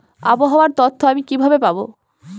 আবহাওয়ার তথ্য আমি কিভাবে পাবো?